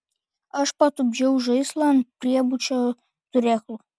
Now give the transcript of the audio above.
aš patupdžiau žaislą ant priebučio turėklų